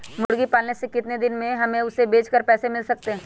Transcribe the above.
मुर्गी पालने से कितने दिन में हमें उसे बेचकर पैसे मिल सकते हैं?